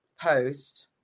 post